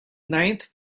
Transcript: ninth